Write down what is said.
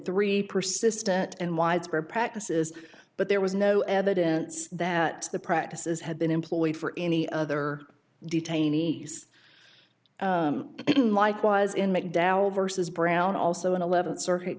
three persistent and widespread practices but there was no evidence that the practices had been employed for any other detainees in likewise in mcdowell versus brown also an eleventh circuit